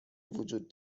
وجود